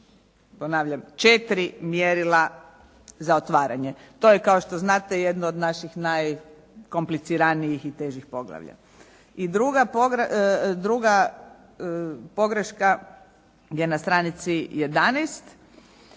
ponavljam četiri mjerila za otvaranje. To je kao što znate jedno od naših najkompliciranijih i težih poglavlja. I druga pogreška je na stranici